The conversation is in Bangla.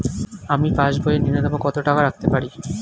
আমি পাসবইয়ে ন্যূনতম কত টাকা রাখতে পারি?